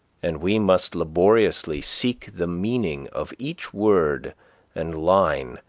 and we must laboriously seek the meaning of each word and line,